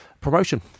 promotion